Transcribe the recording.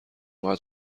باید